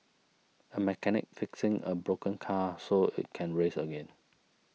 a mechanic fixing a broken car so it can race again